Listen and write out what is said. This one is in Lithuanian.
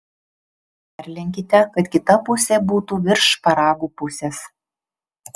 perlenkite kad kita pusė būtų virš šparagų pusės